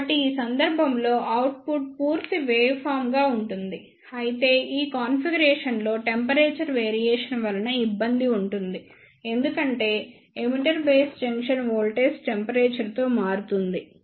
కాబట్టి ఈ సందర్భంలో అవుట్పుట్ పూర్తి వేవ్ ఫార్మ్ గా ఉంటుంది అయితే ఈ కాన్ఫిగరేషన్స్ లో టెంపరేచర్ వేరియేషన్ వలన ఇబ్బంది ఉంటుంది ఎందుకంటే emitter base junction voltage temperature తో మారుతుంది